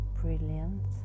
brilliant